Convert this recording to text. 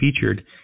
featured